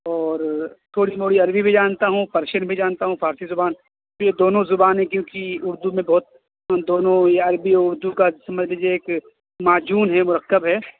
اور تھوڑی موڑی عربی بھی جانتا ہوں پرشین بھی جانتا ہوں فارسی زبان یہ دونوں زبانیں کیونکہ اردو میں بہت یہ دونوں یہ عربی اردو کا سمجھ لیجیے کہ معجون ہے مرکب ہے